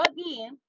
again